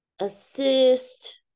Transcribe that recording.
assist